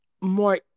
more